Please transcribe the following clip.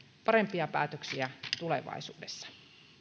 parempia päätöksiä tulevaisuudessa